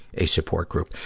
a support group.